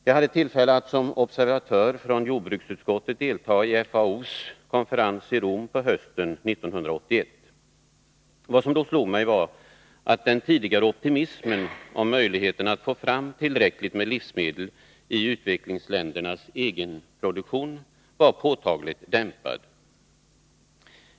Jag hade tillfälle att som obeservatör från jordbruksutskottet delta i FAO:s konferens i Rom på hösten 1981. Vad som då slog mig var att den tidigare optimismen om möjligheterna att få fram tillräckligt med livsmedel i utvecklingsländernas egen produktion var påtagligt dämpad.